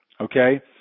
Okay